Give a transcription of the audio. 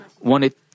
wanted